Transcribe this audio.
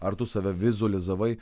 ar tu save vizualizavai